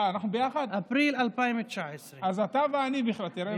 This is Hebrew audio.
אפריל 2019. אז אתה ואני ביחד.